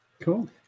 cool